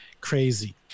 Crazy